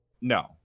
No